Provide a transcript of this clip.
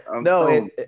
No